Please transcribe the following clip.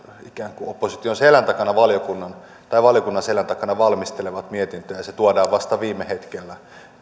ikään kuin opposition selän takana valiokunnan selän takana valmistelevat mietintöä ja se tuodaan vasta viime hetkellä